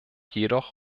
jedoch